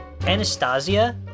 Anastasia